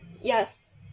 Yes